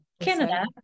Canada